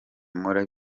muri